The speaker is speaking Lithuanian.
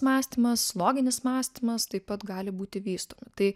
mąstymas loginis mąstymas taip pat gali būti vystomi tai